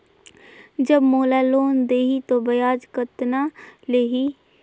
जब मोला लोन देही तो ब्याज कतना लेही?